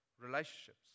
relationships